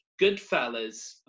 Goodfellas